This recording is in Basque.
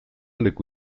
leku